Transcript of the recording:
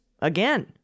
again